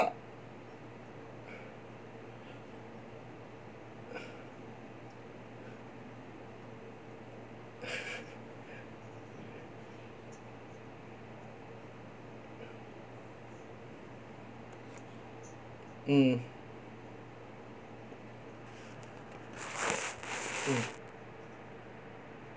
mm mm